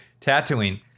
Tatooine